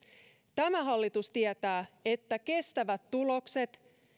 tämä hallitus tietää että kestävät tulokset